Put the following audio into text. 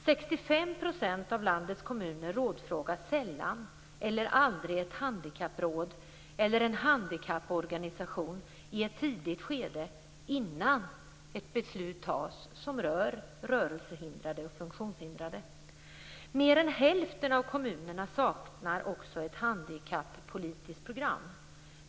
65 % av landets kommuner rådfrågar sällan eller aldrig ett handikappråd eller en handikapporganisation i ett tidigt skede, innan ett beslut fattas som rör rörelse och funktionshindrade. Mer än hälften av kommunerna saknar ett handikappolitiskt program.